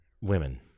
women